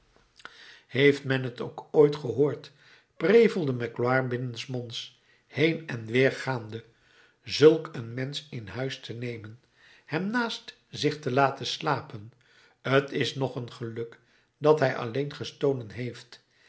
heeft men t ook ooit gehoord prevelde magloire binnensmonds heen en weer gaande zulk een mensch in huis te nemen hem naast zich te laten slapen t is nog een geluk dat hij alleen gestolen heeft